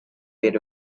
bit